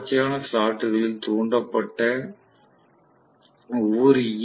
தொடர்ச்சியான ஸ்லாட்டுகளில் தூண்டப்பட்ட ஒவ்வொரு ஈ